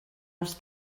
els